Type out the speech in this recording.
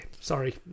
sorry